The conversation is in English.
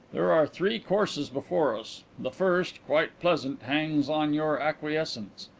there are three courses before us. the first, quite pleasant, hangs on your acquiescence.